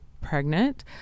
pregnant